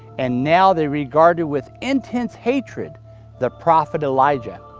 and now they regarded with intense hatred the prophet elijah.